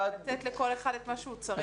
אלא לתת לכל אחד את מה שהוא צריך.